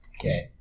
Okay